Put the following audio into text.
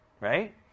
right